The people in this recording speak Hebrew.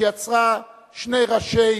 שיצרה שני ראשי